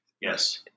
Yes